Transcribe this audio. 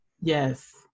Yes